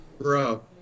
Bro